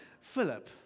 Philip